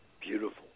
Beautiful